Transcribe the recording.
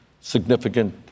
significant